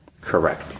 Correct